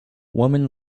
woman